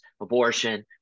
abortion